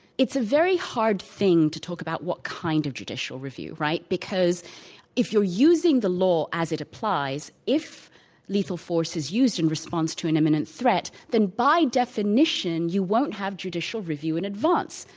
it's a very hard thing to talk about what kind of judicial review, right, because if you're using the law as it applies, if lethal force is used in response to an imminent threat, then by definition you won't have judicial review in advance.